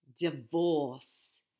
divorce